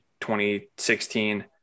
2016